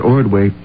Ordway